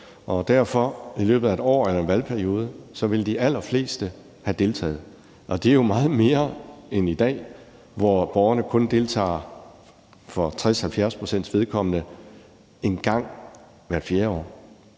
sådan, at i løbet af et år eller en valgperiode vil de allerfleste have deltaget, og det er jo meget mere end i dag, hvor borgerne kun deltager, for 60-70 pct.s vedkommende, en gang hvert fjerde år,